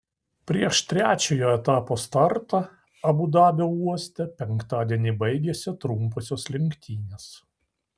prieš trečiojo etapo startą abu dabio uoste penktadienį baigėsi trumposios lenktynės